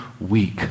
weak